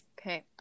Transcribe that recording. Okay